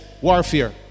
warfare